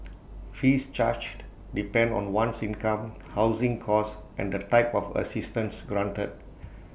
fees charged depend on one's income housing cost and the type of assistance granted